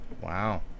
wow